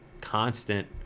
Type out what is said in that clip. constant